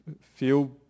Feel